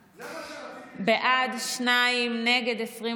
בעד, שניים, נגד,